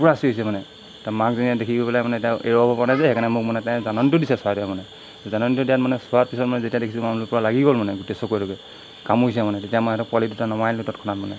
পূৰা চিঞৰিছে মানে মাকজনীয়ে দেখি গৈ পেলাই মানে এতিয়া এৰোৱাব পৰা নাই যে সেইকাৰণে মোক মানে তাই জাননীটো দিছে চৰাইটোৱে মানে জাননীটো দিয়াত মানে চোৱাৰ পিছত মই যেতিয়া দেখিছোঁ মই বোলো পূৰা লাগি গ'ল মানে গোটেই চকুৱে তকুৱে কামোৰিছে মানে তেতিয়া মই সিহঁতৰ পোৱালি দুটা নমাই লৈ তৎক্ষনাত মানে